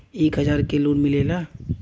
एक हजार के लोन मिलेला?